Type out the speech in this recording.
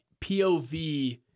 POV